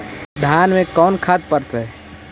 धान मे कोन खाद पड़तै?